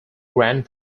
grand